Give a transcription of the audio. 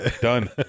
done